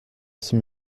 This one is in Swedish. som